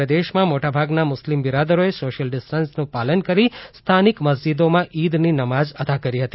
સમગ્ર દેશમાં મોટાભાગના મુસ્લીમ બિરાદરોએ સોશ્યલ ડિસ્ટન્સનું પાલન કરી સ્થાનિક મસ્જીદોમાં ઇદની નમાજ અદા કરી હતી